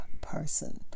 person